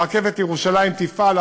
הרכבת לירושלים תפעל,